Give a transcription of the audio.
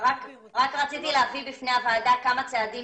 רק רציתי להביא בפני הוועדה כמה צעדים